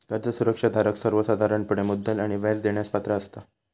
कर्ज सुरक्षा धारक सर्वोसाधारणपणे मुद्दल आणि व्याज देण्यास पात्र असता